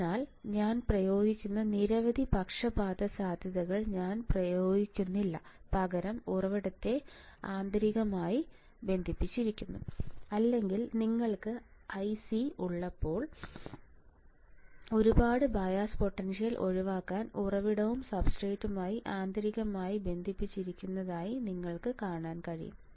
അതിനാൽ ഞാൻ ഉപയോഗിക്കുന്ന നിരവധി പക്ഷപാത സാധ്യതകൾ ഞാൻ പ്രയോഗിക്കുന്നില്ല പകരം ഉറവിടത്തെ ആന്തരികമായി ബന്ധിപ്പിക്കുന്നു അല്ലെങ്കിൽ നിങ്ങൾക്ക് ഐസി ഉള്ളപ്പോൾ ഒരുപാട് ബയാസ് പൊട്ടൻഷ്യൽ ഒഴിവാക്കാൻ ഉറവിടവും സബ്സ്ട്രേറ്റുകളും ആന്തരികമായി ബന്ധിപ്പിച്ചിരിക്കുന്നതായി നിങ്ങൾക്ക് കാണാൻ കഴിയും